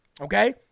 Okay